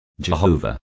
Jehovah